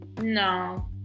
No